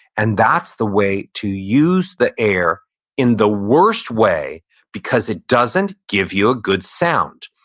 and that's the way to use the air in the worst way because it doesn't give you a good sound.